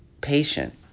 patient